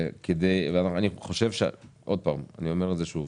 אני אומר שוב,